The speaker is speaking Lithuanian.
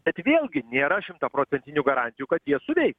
bet vėlgi nėra šimtaprocentinių garantijų kad jie suveiks